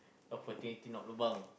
opportunity not lobang